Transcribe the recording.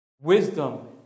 Wisdom